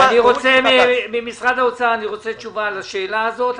--- אני רוצה תשובה ממשרד האוצר על השאלה הזאת.